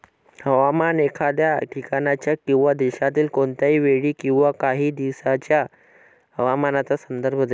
हवामान एखाद्या ठिकाणाच्या किंवा देशातील कोणत्याही वेळी किंवा काही दिवसांच्या हवामानाचा संदर्भ देते